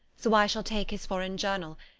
so i shall take his foreign journal,